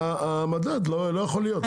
המדד לא יכול להיות.